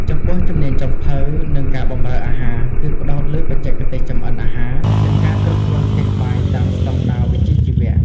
ចំពោះ ជំនាញចុងភៅ និងការបម្រើអាហារ គឺផ្តោតលើបច្ចេកទេសចម្អិនអាហារ និងការគ្រប់គ្រងផ្ទះបាយតាមស្តង់ដារវិជ្ជាជីវៈ។